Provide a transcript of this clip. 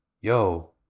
yo